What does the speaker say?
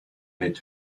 mit